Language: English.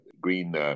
green